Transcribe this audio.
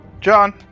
John